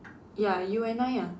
ya you and I ah